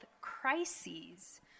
crises